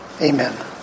Amen